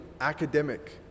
academic